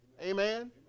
Amen